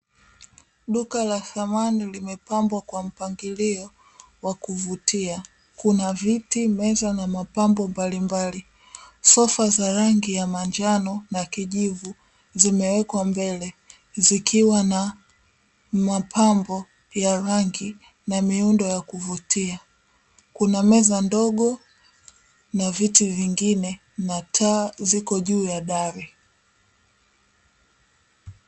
Duka la samani limepambwa kwa mpangilio wa kuvutia kuna viti, meza na mapambo mbalimbali. Sofa za rangi ya manjano na kijivu zimewekwa mbele zikiwa na mapambo ya rangi na miundo ya kuvutia, kuna meza ndogo na viti vingine na taa ziko juu ya dari.